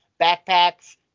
backpacks